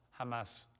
Hamas